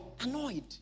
annoyed